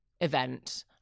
event